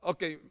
Okay